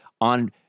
on